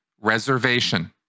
reservation